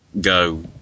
go